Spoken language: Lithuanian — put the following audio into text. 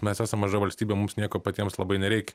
mes esam maža valstybė mums nieko patiems labai nereikia